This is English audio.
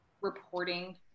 reporting